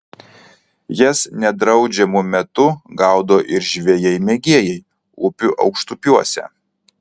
jas nedraudžiamu metu gaudo ir žvejai mėgėjai upių aukštupiuose